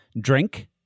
drink